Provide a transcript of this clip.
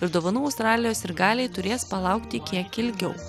ir dovanų australijos sirgaliai turės palaukti kiek ilgiau